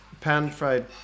pan-fried